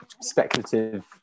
speculative